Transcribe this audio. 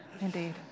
indeed